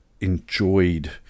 enjoyed